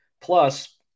Plus